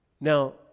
Now